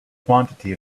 quantity